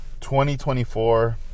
2024